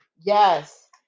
Yes